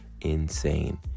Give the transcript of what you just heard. insane